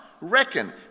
reckon